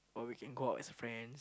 or we can go out as friends